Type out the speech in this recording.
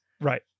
Right